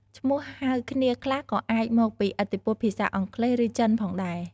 ឈ្មោះហៅគ្នាខ្លះក៏អាចមកពីឥទ្ធិពលភាសាអង់គ្លេស ឬចិនផងដែរ។